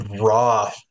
raw